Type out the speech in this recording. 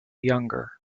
younger